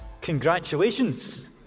Congratulations